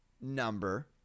number